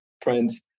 friends